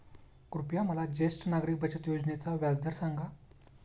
कृपया मला ज्येष्ठ नागरिक बचत योजनेचा व्याजदर सांगा